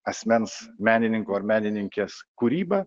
asmens menininko ar menininkės kūrybą